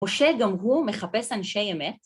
משה גם הוא מחפש אנשי אמת.